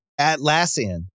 Atlassian